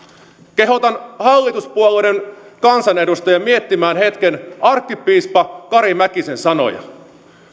kehotan hallituspuolueiden kansanedustajia miettimään hetken arkkipiispa kari mäkisen sanoja